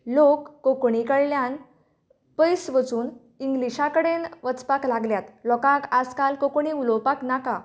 लोक कोंकणी कडल्यान पयस वचून इंग्लिशा कडेन वचपाक लागल्यात लोकाक आज काल कोंकणी उलोवपाक नाका